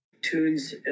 tunes